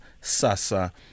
SASA